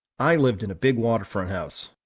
i lived in a big waterfront house,